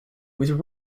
with